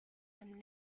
them